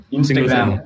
Instagram